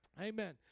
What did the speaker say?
amen